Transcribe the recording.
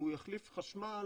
אם הוא יחליף חשמל,